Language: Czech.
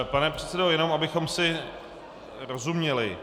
Pane předsedo, jenom abychom si rozuměli.